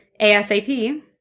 ASAP